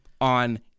On